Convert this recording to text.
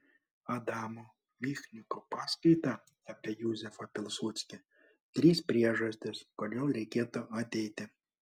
adamo michniko paskaita apie juzefą pilsudskį trys priežastys kodėl reikėtų ateiti